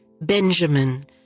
Benjamin